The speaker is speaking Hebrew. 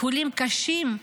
חולים קשים,